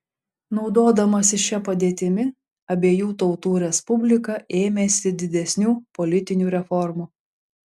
naudodamasi šia padėtimi abiejų tautų respublika ėmėsi didesnių politinių reformų